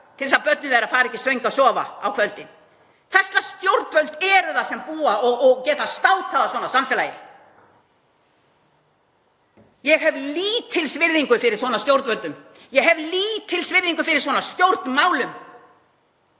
til þess að börnin þeirra fari ekki söng að sofa á kvöldin. Hvers lags stjórnvöld eru það sem geta státað af svona samfélagi? Ég hef lítilsvirðingu fyrir svona stjórnvöldum. Ég hef lítilsvirðingu fyrir svona stjórnmálum.